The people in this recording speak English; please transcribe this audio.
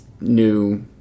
new